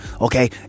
okay